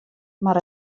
mar